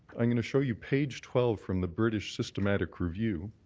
i'm going to show you page twelve from the british systemic review.